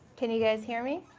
can you guys hear me?